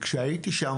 כשהייתי שם,